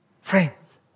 Friends